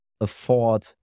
afford